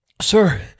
Sir